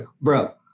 bro